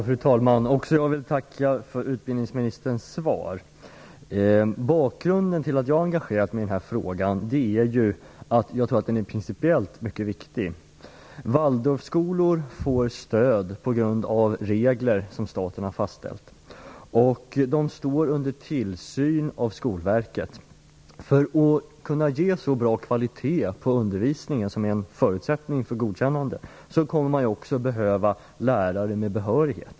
Fru talman! Också jag vill tacka för utbildningsministerns svar. Bakgrunden till att jag har engagerat mig i denna fråga är att jag tror att den principiellt är mycket viktig. Waldorfskolor får stöd på grund av regler som staten har fastställt, och de står under Skolverkets tillsyn. För att kunna ge så bra kvalitet på undervisningen som förutsätts för godkännande kommer man också att behöva lärare med behörighet.